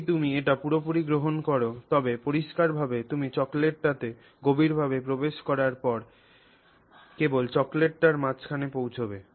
যদি তুমি এটি পুরোপুরি গ্রহণ কর তবে পরিষ্কারভাবে তুমি চকোলেটটিতে গভীরভাবে প্রবেশ করার পরে কেবল চকোলেটটির মাঝখানে পৌঁছবে